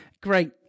great